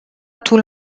tout